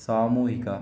సామూహిక